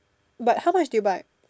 but how much do you buy